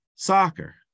Soccer